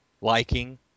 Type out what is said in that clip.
liking